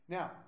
Now